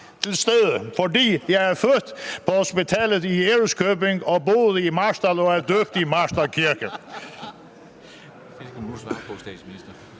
til stede, for jeg blev født på hospitalet i Ærøskøbing og har boet i Marstal og er døbt i Marstal Kirke.